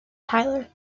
tyler